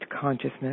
consciousness